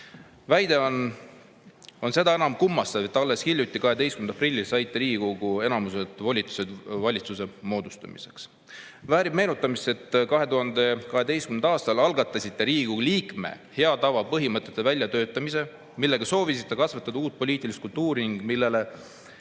Väide on seda enam kummastav, et alles hiljuti, 12. aprillil saite Riigikogu enamuselt volitused valitsuse moodustamiseks. Väärib meenutamist, et 2012. aastal algatasite Riigikogu liikme hea tava põhimõtete väljatöötamise, millega soovisite kasvatada uut poliitilist kultuuri ning mille